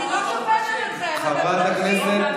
אני לא שופטת אתכם, אתם חדשים.